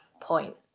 point